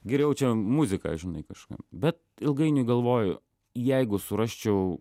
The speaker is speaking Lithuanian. geriau čia muzika žinai kažkaip bet ilgainiui galvoju jeigu surasčiau